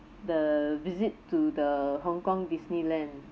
the visit to the hong kong Disneyland